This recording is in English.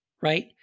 right